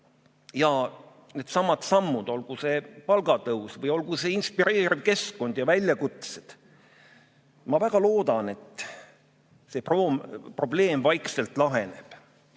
ja needsamad sammud, olgu see palgatõus või olgu see inspireeriv keskkond ja väljakutsed – ma väga loodan, et see probleem vaikselt laheneb.